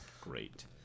great